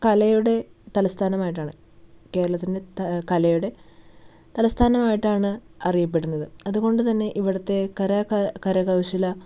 കലയുടെ തലസ്ഥാനമായിട്ടാണ് കേരളത്തിന്റെ ത കലയുടെ തലസ്ഥാനമായിട്ടാണ് അറിയപ്പെടുന്നത് അതുകൊണ്ടുതന്നെ ഇവിടുത്തെ കരക കരകൗശല